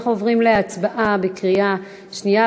אנחנו עוברים להצבעה בקריאה שנייה,